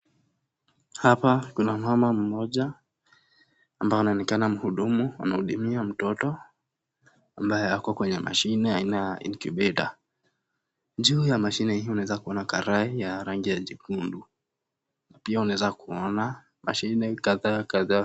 Hapa kuna mama mmoja, ambaye anaonekana mhudumu, anahudumia mtoto, ambaye ako kwenye mashine ya incubator , juu ya mashine hio tunaweza kuona karai ya rangi ya nyekundu, na pia unaweza kuona mashine kadhaa kadhaa.